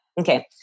Okay